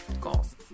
goals